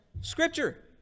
Scripture